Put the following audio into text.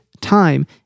time